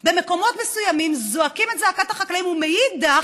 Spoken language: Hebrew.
במקומות מסוימים זועקים את זעקת החקלאים, ומאידך,